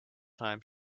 time